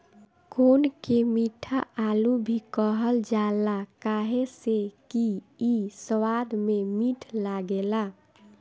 कोन के मीठा आलू भी कहल जाला काहे से कि इ स्वाद में मीठ लागेला